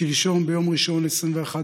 שלשום, ביום ראשון, 21 ביוני,